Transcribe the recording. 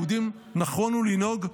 יהודים נכונו לנהוג,